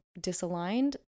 disaligned